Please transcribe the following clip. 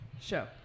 Show